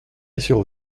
sur